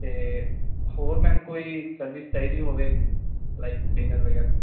ਅਤੇ ਹੋਰ ਮੈਮ ਕੋਈ ਸਰਵਿਸ ਚਾਹੀਦੀ ਹੋਵੇ ਲਾਈਕ ਡਿਨਰ ਵਗੈਰਾ